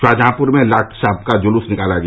शाहजहांपुर में लाट साहब का जुलूस निकाला गया